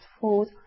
food